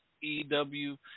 EW